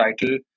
title